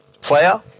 Player